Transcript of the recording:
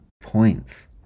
points